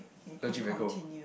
legit very cold